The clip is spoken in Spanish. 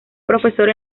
profesor